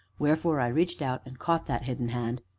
wherefore i reached out and caught that hidden hand,